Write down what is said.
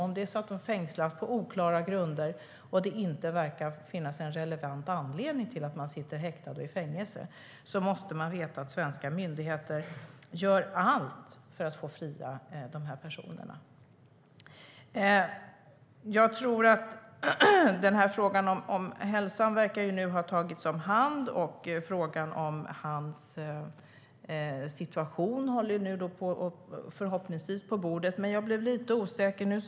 Om någon fängslas på oklara grunder och det inte verkar finnas en relevant anledning till att man sitter häktad och i fängelse måste man veta att svenska myndigheter gör allt för att få personen fri. Hälsofrågan verkar nu ha tagits om hand, och frågan om hans situation kommer förhoppningsvis på bordet. Men jag blir lite osäker.